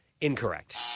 Incorrect